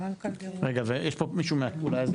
ולהשתחרר רגע מהצבא כדי שהוא באמת